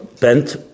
bent